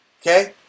Okay